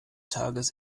tages